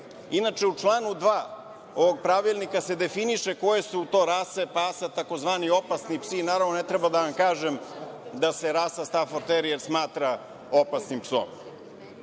Inače, u članu 2. ovog Pravilnika se definiše koje su to rase pasa tzv. opasni psi. Naravno, ne treba vam kažem da se rasa staford terijer smatra opasnim psom. Stav